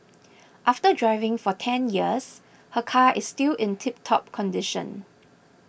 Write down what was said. after driving for ten years her car is still in tiptop condition